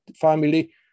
family